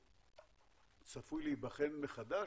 צפוי להיבחן מחדש?